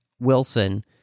Wilson